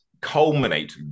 culminate